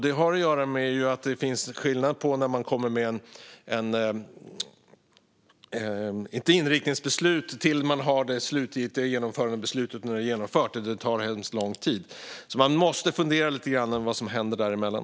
Det har att göra med skillnaderna mellan ett inriktningsbeslut och det slutgiltiga genomförandebeslutet. Fram till att det är genomfört tar det hemskt lång tid. Man måste fundera lite grann över vad som händer däremellan.